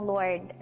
Lord